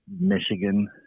Michigan –